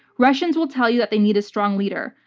russians will tell you that they need a strong leader.